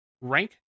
rank